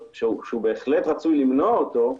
שבהחלט רצוי למנוע אותו,